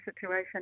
situation